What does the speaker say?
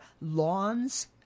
Lawns